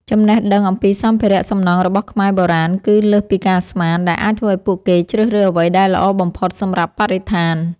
ចំណេះដឹងអំពីសម្ភារៈសំណង់របស់ខ្មែរបុរាណគឺលើសពីការស្មាន ដែលអាចឱ្យពួកគេជ្រើសរើសអ្វីដែលល្អបំផុតសម្រាប់បរិស្ថាន។